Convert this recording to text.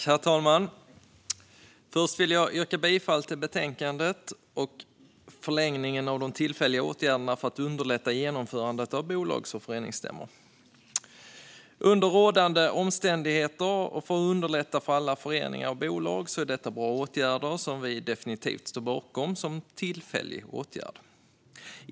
Herr talman! Först vill jag yrka bifall till förslaget om en förlängning av de tillfälliga åtgärderna för att underlätta genomförandet av bolags och föreningsstämmor. Under rådande omständigheter är detta bra åtgärder för att underlätta för alla föreningar och bolag. Vi står definitivt bakom dem som tillfälliga åtgärder.